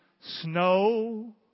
snow